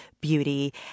Beauty